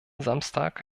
samstag